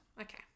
Okay